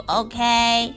okay